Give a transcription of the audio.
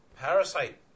Parasite